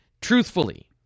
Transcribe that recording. Truthfully